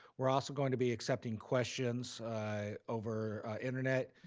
we're also going to be accepting questions over internet,